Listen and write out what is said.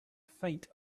faint